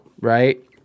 right